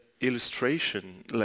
illustration